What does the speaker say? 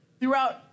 throughout